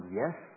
yes